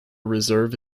reserve